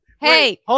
Hey